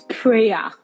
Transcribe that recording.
prayer